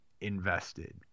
invested